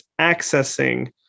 accessing